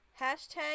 Hashtag